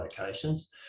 locations